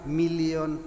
million